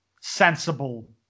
sensible